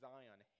Zion